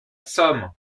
somme